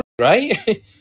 right